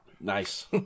Nice